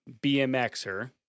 BMXer